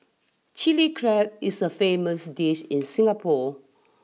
chilli crab is a famous dish in Singapore